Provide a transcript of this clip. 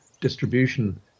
distribution